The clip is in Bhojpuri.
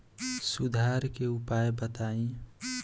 सुधार के उपाय बताई?